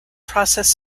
process